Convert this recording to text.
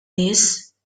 nies